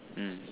mm